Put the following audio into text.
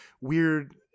weird